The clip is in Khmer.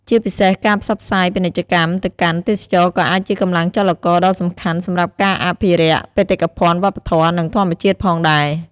ជាពិសេស ការផ្សព្វផ្សាយពាណិជ្ជកម្មទៅកាន់ ទេសចរណ៍ក៏អាចជាកម្លាំងចលករដ៏សំខាន់សម្រាប់ការអភិរក្សបេតិកភណ្ឌវប្បធម៌ និងធម្មជាតិផងដែរ។